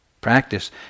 practice